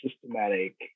systematic